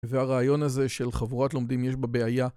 והרעיון הזה של חבורת לומדים יש בה בעיה.